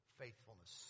faithfulness